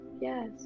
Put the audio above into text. yes